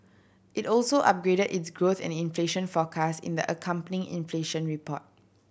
it also upgraded its growth and inflation forecast in the accompanying inflation report